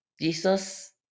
Jesus